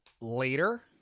later